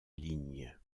ligne